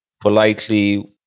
politely